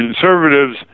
conservatives